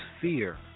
fear